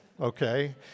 Okay